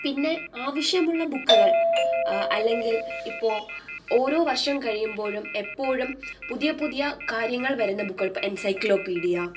പിന്നെ ആവശ്യമുള്ള ബുക്കുകൾ അല്ലെങ്കിൽ ഇപ്പോൾ ഓരോ വർഷം കഴിയുമ്പോഴും എപ്പോഴും പുതിയ പുതിയ കാര്യങ്ങൾ വരുന്ന ബുക്കുകൾ ഇപ്പോൾ എൻസൈക്ലോപീഡിയ